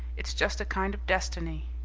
it's just a kind of destiny.